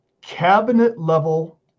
cabinet-level